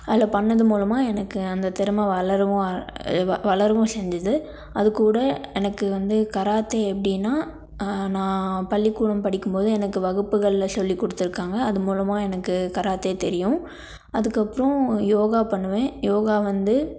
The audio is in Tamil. அதில் பண்ணது மூலமாக எனக்கு அந்த திறமை வளரும் வளரவும் செஞ்சது அதுக்கூட எனக்கு வந்து கராத்தே எப்படின்னா நான் பள்ளிக்கூடம் படிக்கும்போது எனக்கு வகுப்புகளில் சொல்லிக் கொடுத்துருக்காங்க அது மூலமாக எனக்கு கராத்தே தெரியும் அதுக்கப்புறோம் யோகா பண்ணுவேன் யோகா வந்து